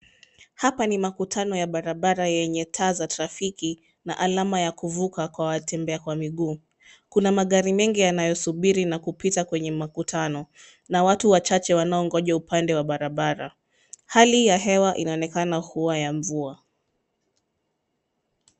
Hapa ni makutano ya barabara yenye taa za trafiki na alama ya kuvuka kwa watembea kwa miguu. Kuna magari mengi yanayosubiri na kupita kwenye makutano na watu wachache wanaongonja upande wa barabara. Hali ya hewa inaonekana kuwa ya mvua.